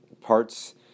parts